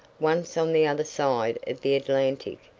once on the other side of the atlantic,